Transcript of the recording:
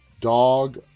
Dog